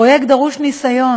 פרויקט "דרוש ניסיון",